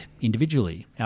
individually